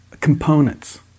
components